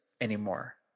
anymore